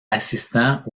assistant